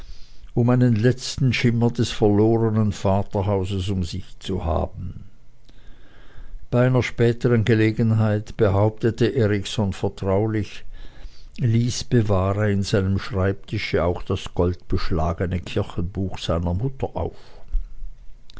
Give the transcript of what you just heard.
um einen letzten schimmer des verlorenen vaterhauses um sich zu haben bei einer späteren gelegenheit behauptete erikson vertraulich lys bewahre in seinem schreibtische auch das goldbeschlagene kirchenbuch seiner mutter auf